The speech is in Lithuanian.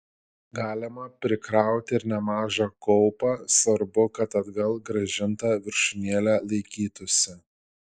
galima prikrauti ir nemažą kaupą svarbu kad atgal grąžinta viršūnėlė laikytųsi